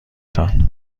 تان